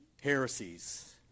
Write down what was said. heresies